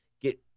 get